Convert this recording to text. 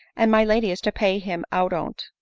and my lady is to pay him out on't!